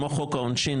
כמו חוק העונשין,